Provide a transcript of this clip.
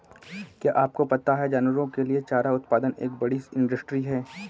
क्या आपको पता है जानवरों के लिए चारा उत्पादन एक बड़ी इंडस्ट्री है?